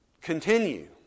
Continue